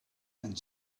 and